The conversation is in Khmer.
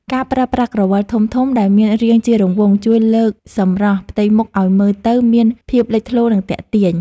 ការប្រើប្រាស់ក្រវិលធំៗដែលមានរាងជារង្វង់ជួយលើកសម្រស់ផ្ទៃមុខឱ្យមើលទៅមានភាពលេចធ្លោនិងទាក់ទាញ។